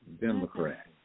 Democrat